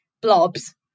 blobs